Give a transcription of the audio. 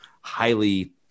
highly